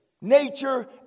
nature